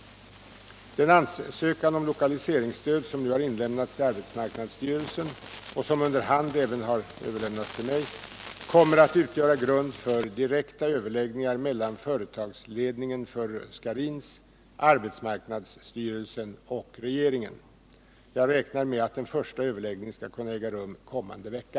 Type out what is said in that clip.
Den ansökan om lokaliseringsstöd som nu har inlämnats till arbetsmarknadsstyrelsen och som under hand även har överlämnats till mig kommer att utgöra grund för direkta överläggningar mellan företagsledningen för Scharins, arbetsmarknadsstyrelsen och regeringen. Jag räknar med att en första överläggning skall kunna äga rum kommande vecka.